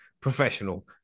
professional